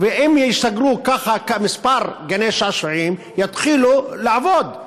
ואם ייסגרו ככה כמה גני-שעשועים, יתחילו לעבוד.